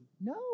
No